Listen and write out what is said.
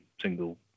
single